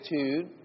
attitude